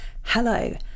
Hello